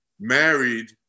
married